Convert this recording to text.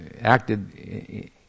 acted